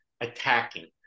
attacking